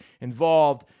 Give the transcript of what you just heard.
involved